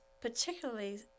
particularly